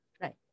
Right